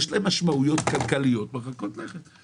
יש להם משמעויות כלכליות מרחיקות לכת.